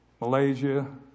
Malaysia